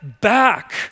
back